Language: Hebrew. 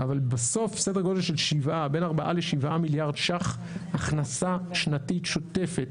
אבל בסוף סדר גודל של בין 4 ל-7 מיליארד שקלים הכנסה שנתית שוטפת